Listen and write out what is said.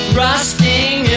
rusting